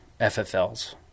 FFLs